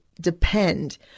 depend